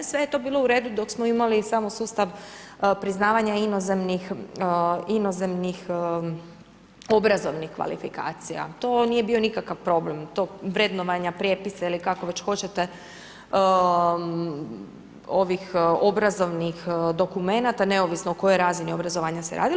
Sve je to bilo u redu dok smo imali samo sustav priznavanja inozemnih obrazovnih kvalifikacija, to nije bio nikakav problem, to vrednovanja, prijepisa ili kako već hoćete, ovih obrazovnih dokumenata neovisno o kojoj razini obrazovanja se radilo.